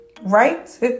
Right